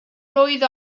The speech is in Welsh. mlwydd